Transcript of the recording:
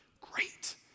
Great